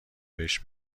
بهش